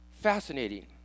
Fascinating